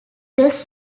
does